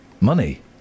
Money